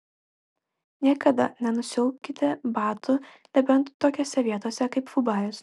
niekada nenusiaukite batų nebent tokiose vietose kaip fubajus